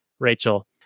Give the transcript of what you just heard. Rachel